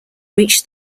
reached